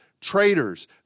Traitors